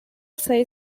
say